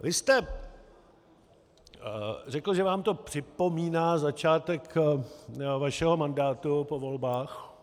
Vy jste řekl, že vám to připomíná začátek vašeho mandátu po volbách...